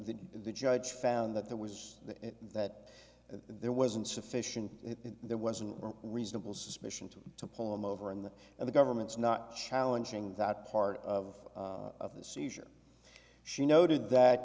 judge found that there was that there wasn't sufficient there wasn't reasonable suspicion to pull him over and the and the government's not challenging that part of the seizure she noted that